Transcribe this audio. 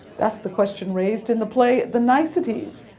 that's the question raised in the play, the niceties,